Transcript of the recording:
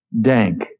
dank